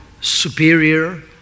superior